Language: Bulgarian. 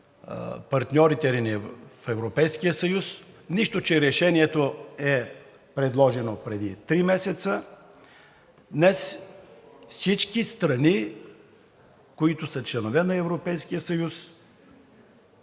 Европейския съюз, нищо, че решението е предложено преди три месеца, днес всички страни, които са членове на